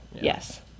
Yes